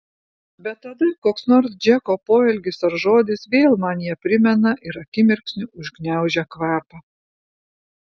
bet tada koks nors džeko poelgis ar žodis vėl man ją primena ir akimirksniu užgniaužia kvapą